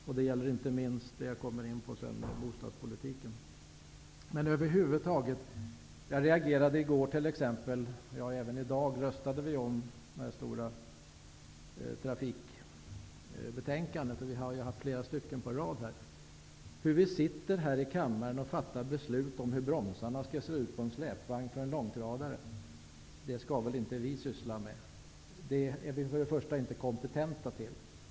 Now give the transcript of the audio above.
Detta gäller inte minst för bostadspolitiken, som jag kommer in på sedan. Vi hade t.ex. i går en debatt om ett stort trafikbetänkande -- vi har ju haft flera stycken på rad -- som vi sedan röstade om i dag. Vi sitter alltså här i kammaren och fattar beslut om hur bromsarna skall se ut på en släpvagn till en långtradare. Det skall väl inte vi syssla med -- det är vi inte kompetenta till.